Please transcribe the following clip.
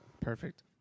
Perfect